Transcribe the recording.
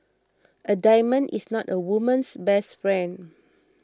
a diamond is not a woman's best friend